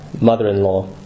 mother-in-law